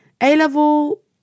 A-level